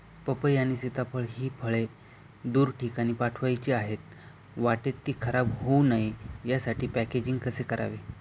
पपई आणि सीताफळ हि फळे दूर ठिकाणी पाठवायची आहेत, वाटेत ति खराब होऊ नये यासाठी पॅकेजिंग कसे करावे?